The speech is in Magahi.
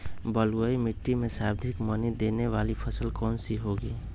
बलुई मिट्टी में सर्वाधिक मनी देने वाली फसल कौन सी होंगी?